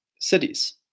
cities